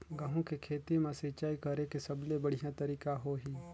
गंहू के खेती मां सिंचाई करेके सबले बढ़िया तरीका होही?